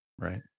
Right